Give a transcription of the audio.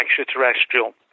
extraterrestrial